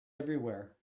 everywhere